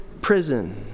prison